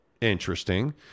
interesting